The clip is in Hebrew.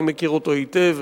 אני מכיר אותו היטב.